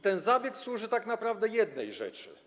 Ten zabieg służy tak naprawdę jednej rzeczy.